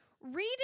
reading